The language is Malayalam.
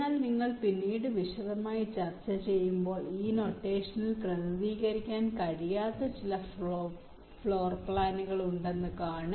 എന്നാൽ നിങ്ങൾ പിന്നീട് വിശദമായി ചർച്ച ചെയ്യുമ്പോൾ ഈ നൊട്ടേഷനിൽ പ്രതിനിധീകരിക്കാൻ കഴിയാത്ത ചില ഫ്ലോർ പ്ലാനുകൾ ഉണ്ടെന്ന് ഞാൻ കാണും